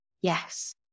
Yes